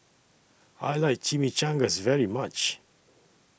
I like Chimichangas very much